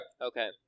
Okay